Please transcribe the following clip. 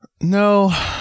No